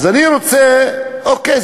אוקיי,